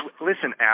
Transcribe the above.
listen